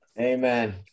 Amen